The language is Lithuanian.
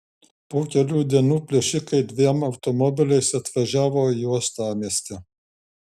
po kelių dienų plėšikai dviem automobiliais atvažiavo į uostamiestį